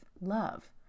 love